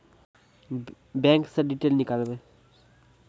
Bank से detail नीकालव?